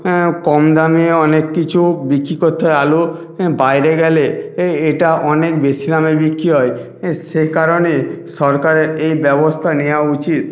কম দামি অনেক কিছু বিক্রি করতে হয় আলু হ্যাঁ বাইরে গেলে এটা অনেক বেশি দামে বিক্রি হয় সেই কারণে সরকারের এই ব্যবস্থা নেওয়া উচিত